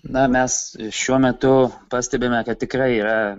na mes šiuo metu pastebime kad tikrai yra